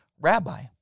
Rabbi